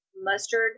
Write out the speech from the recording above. mustard